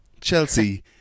Chelsea